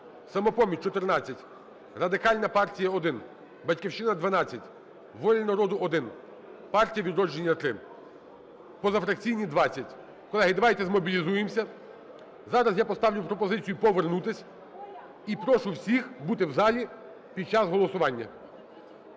"Самопоміч" – 14, Радикальна партія – 1, "Батьківщина" – 12, "Воля народу" – 1, "Партія "Відродження" – 3, позафракційні – 20. Колеги, давайте змобілізуємося, зараз я поставлю пропозицію повернутись, і прошу всіх бути в залі під час голосування.